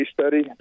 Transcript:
study